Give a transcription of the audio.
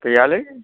गैयालै